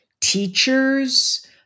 teachers